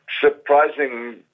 surprising